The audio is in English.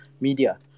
media